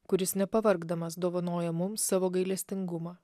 kuris nepavargdamas dovanoja mums savo gailestingumą